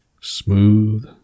Smooth